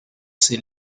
ses